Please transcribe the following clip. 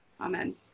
Amen